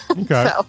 okay